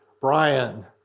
Brian